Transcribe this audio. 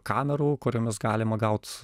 kamerų kuriomis galima gaut